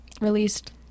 released